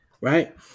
right